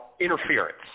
interference